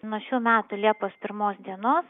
nuo šių metų liepos pirmos dienos